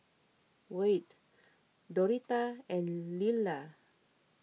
Wyatt Doretta and Lilla